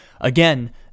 again